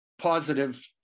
positive